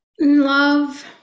Love